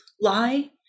lie